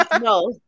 No